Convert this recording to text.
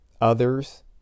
others